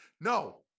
No